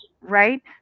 Right